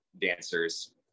dancers